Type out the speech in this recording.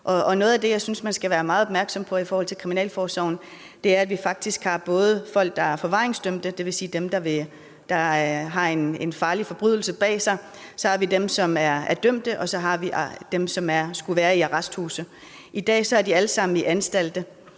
noget af det, jeg synes man skal være meget opmærksom på i forhold til kriminalforsorgen, er, at vi både har folk, der er forvaringsdømte – dvs. dem, der har en farlig forbrydelse bag sig – dem, som er dømte, og så dem, som skulle være i arresthuse. I dag er de alle sammen på anstalter,